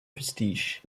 prestige